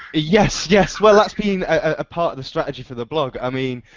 yes yes well that's been a part of the strategy for the blog. i mean,